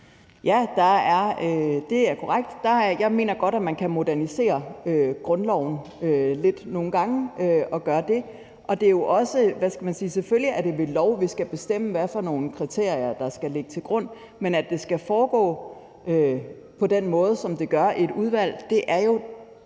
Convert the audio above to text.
Ja, det er korrekt. Jeg mener godt, at man kan modernisere grundloven lidt nogle gange. Selvfølgelig er det ved lov, vi skal bestemme, hvad for nogle kriterier der skal ligge til grund. Men at det skal foregå på den måde, det gør, i et udvalg, er jo